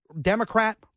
Democrat